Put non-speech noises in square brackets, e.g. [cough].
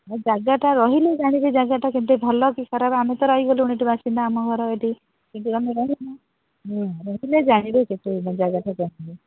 ଜାଗାଟା ରହିଲେ ଜାଣିବେ ଜାଗାଟା କେତେ ଭଲ କି ଖରାପ ଆମେ ତ ରହିଗଲୁଣି ଏଠି ବାସିନ୍ଦା ଆମ ଘର ଏଠି [unintelligible] ରହିଲେ ଜାଣିବ କେତେ ଜାଗାଟା କେମିତି